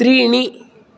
त्रीणि